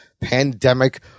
pandemic